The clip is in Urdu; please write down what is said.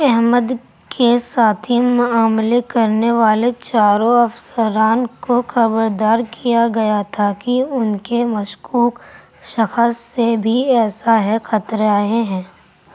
احمد کے ساتھی معاملہ کرنے والے چاروں افسران کو خبردار کیا گیا تھا کہ ان کے مشکوک شخص سے بھی ایسا ہے خطرہ ہے ہیں